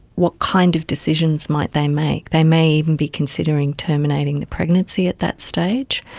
what kind of decisions might they make? they may even be considering terminating the pregnancy at that stage.